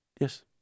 Yes